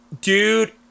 dude